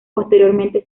posteriormente